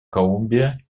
колумбия